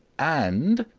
and,